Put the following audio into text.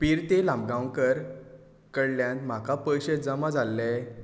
पिर्तें लामगांवकर कडल्यान म्हाका पयशे जमा जाल्ले